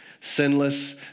sinless